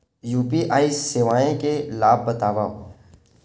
UPI सेवाएं के लाभ बतावव?